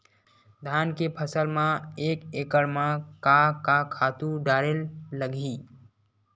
धान के फसल म एक एकड़ म का का खातु डारेल लगही?